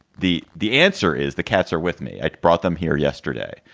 the the answer is the cats are with me, i brought them here yesterday,